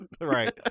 right